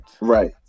Right